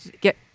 get